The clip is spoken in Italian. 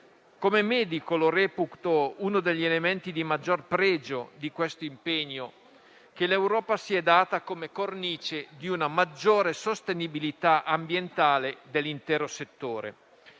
Come medico lo reputo uno degli elementi di maggior pregio dell'impegno che l'Europa si è data come cornice di una maggiore sostenibilità ambientale dell'intero settore.